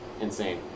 insane